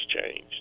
changed